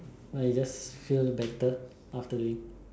I just feel better after doing